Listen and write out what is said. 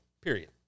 period